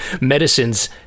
medicines